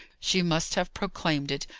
she must have proclaimed it,